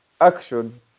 action